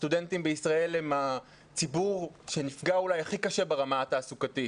הסטודנטים בישראל הם הציבור שנפגע אולי הכי קשה ברמה התעסוקתית